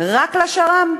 רק לשר"מ.